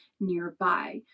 nearby